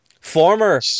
Former